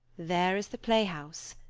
there is the play-house